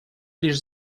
лишь